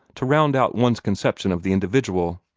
to round out one's conception of the individual?